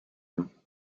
him